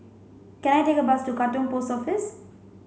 can I take a bus to Katong Post Office